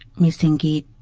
me thinking